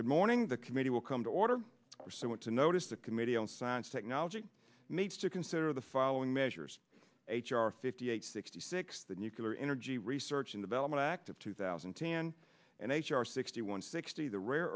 good morning the committee will come to order for someone to notice the committee on science technology needs to consider the following measures h r fifty eight sixty six the nuclear energy research and development act of two thousand and ten and h r sixty one sixty the rare